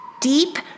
deep